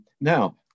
Now